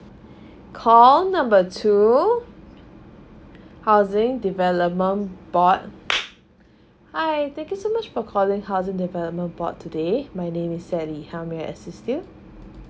call number two housing development board hi thank you so much for calling housing development board today my name is sally how may I assist you (